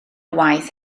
waith